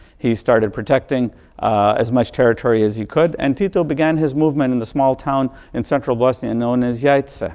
he started protecting as much territory as he could, and tito began his movement in the small town in central bosnia and known as yeah alone